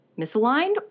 misaligned